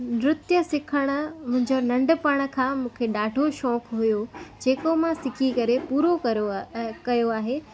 नृत्य सिखणु मुंहिंजो नंढपण खां मुखे ॾाढो शौक़ु हुओ जेको मां सिखी करे पूरो करियो आहे ऐं कयो आहे